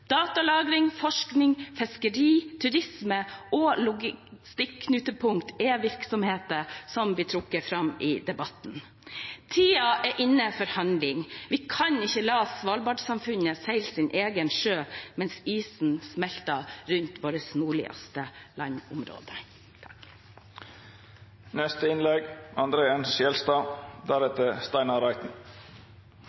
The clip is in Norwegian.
Datalagring, forskning, fiskeri, turisme og logistikknutepunkt er virksomheter som blir trukket fram i debatten. Tiden er inne for handling. Vi kan ikke la svalbardsamfunnet seile sin egen sjø mens isen smelter rundt våre nordligste landområder.